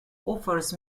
offers